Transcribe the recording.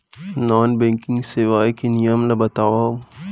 Non banking सेवाएं के नियम ला बतावव?